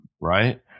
right